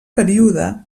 període